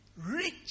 Rich